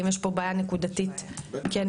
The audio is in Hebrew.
אם יש פה בעיה נקודתית או לא.